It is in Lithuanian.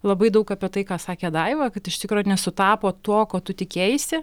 labai daug apie tai ką sakė daiva kad iš tikro nesutapo tuo ko tu tikėjaisi